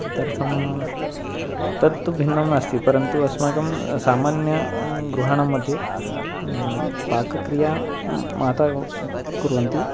तदर्थं तत्तु भिन्नं नास्ति परन्तु अस्माकं सामान्यगृहाणां मध्ये पाकक्रिया माता कुर्वन्ति